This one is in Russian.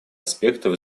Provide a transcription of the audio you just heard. аспектов